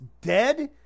dead